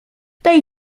tej